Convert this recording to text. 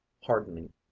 hardening